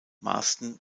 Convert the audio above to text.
marsden